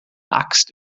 axt